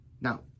Now